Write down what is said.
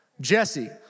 Jesse